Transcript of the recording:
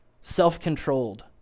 self-controlled